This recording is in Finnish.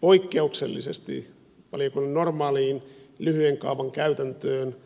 poikkeuksellisesti suhteessa valiokunnan normaaliin lyhyen kaavan käytäntöön